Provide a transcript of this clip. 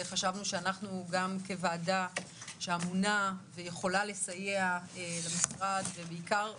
חשבנו שכוועדה שאמונה ויכולה לסייע למשרד ובעיקר לציבור,